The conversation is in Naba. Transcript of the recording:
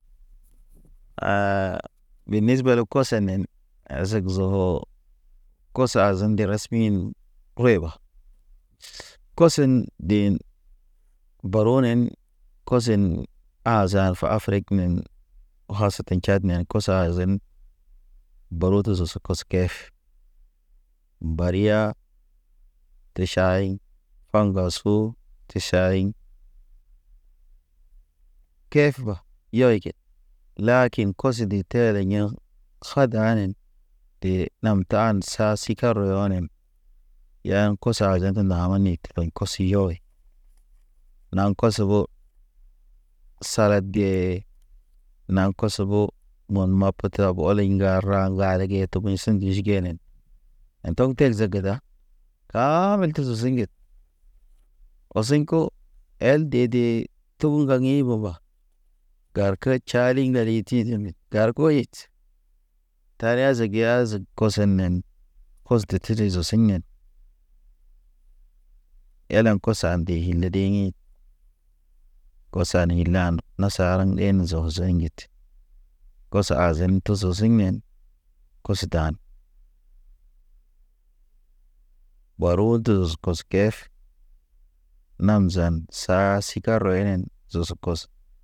Bi nisbal kosonen zegzogo kos azen nde respin kəleba. Kosen den barunen kosen aza alfa afriknen. Ho hasat te Tchad ne koso azim, baru te zozo kos kef bariya te ʃayn paŋgasu te ʃayn. Kefba yoyke, lakin koso de tereyeŋ hadanen. De nam tan sa sikarɔ yɔnen, yan kɔsɔ azen te na t baɲ kɔs yɔye naŋ kɔs ɓo, salad ge, naŋ kɔs ɓo, muwan ma petra be ɔliŋ ŋgar. Ran rare ged, toboɲ si ŋge si genen. En tɔg tel zege da, kaamel te sesu ŋget, ɔsiŋ ko el dede. Tog ŋgag ḭ baba, gar ker tʃali ŋgali titin be. Garko yet, tari a zege a zeg kɔsenen. Kos de tere zosi yen, elam kos ande hil le deɲin. Kɔs ani lan nas haraŋ ɗen zozḛŋ ŋgit, kɔs azen toso sigmen kos dan ɓaru dus kɔs kef. Nam zan, saa sikarɔ enen zoskɔs.